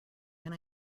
can